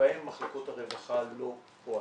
שבהם מחלקות הרווחה לא פועלות.